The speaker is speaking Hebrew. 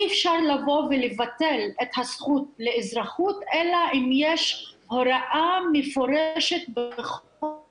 אי אפשר לבוא ולבטל את הזכות לאזרחות אלא אם יש הוראה מפורשת בחוק.